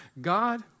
God